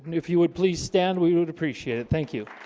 if you would please stand we would appreciate it, thank you